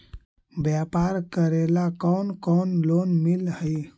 व्यापार करेला कौन कौन लोन मिल हइ?